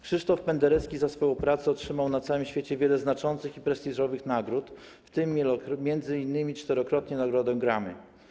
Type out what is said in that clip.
Krzysztof Penderecki za swoją pracę otrzymał na całym świecie wiele znaczących i prestiżowych nagród, w tym m.in. czterokrotnie Nagrodę Grammy.